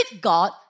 God